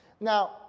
Now